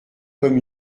comme